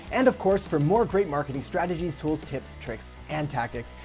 and of course, for more great marketing strategies, tools, tips, tricks, and tactics,